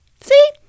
See